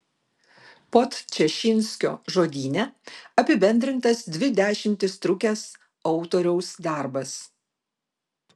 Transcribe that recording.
podčašinskio žodyne apibendrintas dvi dešimtis trukęs autoriaus darbas